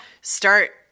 start –